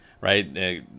right